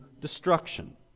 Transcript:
destruction